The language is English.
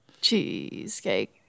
Cheesecake